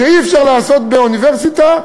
שאי-אפשר לעשות אותם באוניברסיטה.